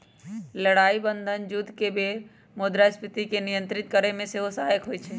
लड़ाइ बन्धन जुद्ध के बेर मुद्रास्फीति के नियंत्रित करेमे सेहो सहायक होइ छइ